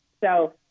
So-